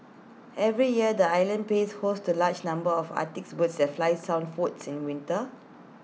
every year the island plays host to large number of Arctics birds that fly southwards in winter